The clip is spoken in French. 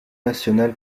national